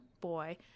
boy